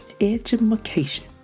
education